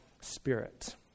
spirit